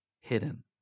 hidden